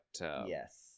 Yes